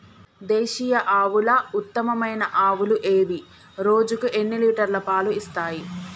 దేశీయ ఆవుల ఉత్తమమైన ఆవులు ఏవి? రోజుకు ఎన్ని లీటర్ల పాలు ఇస్తాయి?